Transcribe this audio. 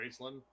Graceland